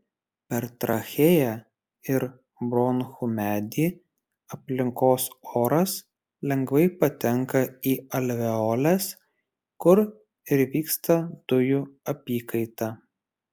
per trachėją ir bronchų medį aplinkos oras lengvai patenka į alveoles kur ir vyksta dujų apykaita